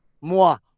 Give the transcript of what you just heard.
moi